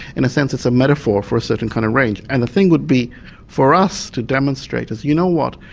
in a sense it's a metaphor for a certain kind of rage. and the thing would be for us to demonstrate as, you know what,